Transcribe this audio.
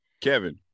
Kevin